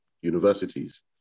universities